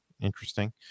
interesting